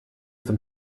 zum